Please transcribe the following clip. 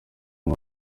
ngo